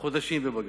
חודשים בבג"ץ,